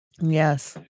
Yes